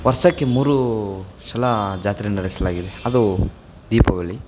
ವರ್ಷಕ್ಕೆ ಮೂರು ಸಲ ಜಾತ್ರೆ ನಡೆಸಲಾಗಿದೆ ಅದು ದೀಪಾವಳಿ